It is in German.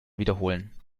wiederholen